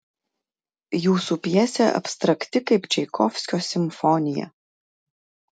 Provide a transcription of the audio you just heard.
jūsų pjesė abstrakti kaip čaikovskio simfonija